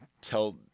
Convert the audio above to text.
tell-